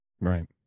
right